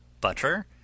butter